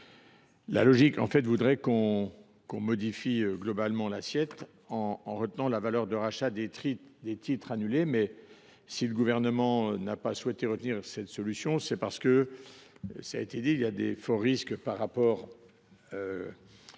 La logique voudrait que l’on modifie globalement l’assiette en retenant la valeur de rachat des titres annulés. Si le Gouvernement n’a pas souhaité retenir cette solution, c’est parce que, comme cela a été dit, il existe de forts risques qu’elle soit